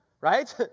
right